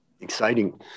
Exciting